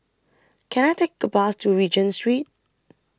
Can I Take A Bus to Regent Street